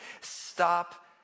stop